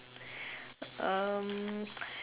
um